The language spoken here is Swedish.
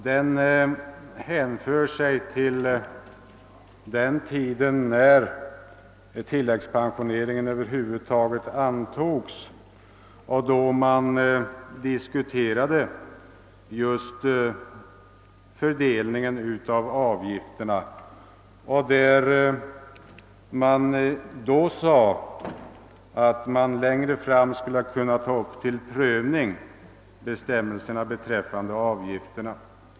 Den går tillbaka till tiden för tilläggspensioneringens införande, då just fördelningen av avgifterna diskuterades och då det sades att man längre fram skulle ta upp till prövning de bestämmelser som rör avgifterna.